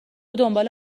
دنبال